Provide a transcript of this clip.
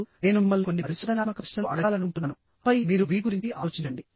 ఇప్పుడు నేను మిమ్మల్ని కొన్ని పరిశోధనాత్మక ప్రశ్నలు అడగాలనుకుంటున్నాను ఆపై మీరు వీటి గురించి ఆలోచించండి